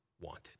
wanted